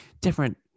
different